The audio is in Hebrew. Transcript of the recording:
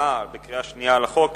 מלאה בקריאה שנייה על החוק,